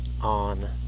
on